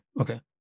okay